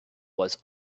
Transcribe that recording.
was